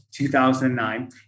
2009